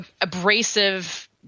abrasive